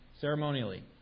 ceremonially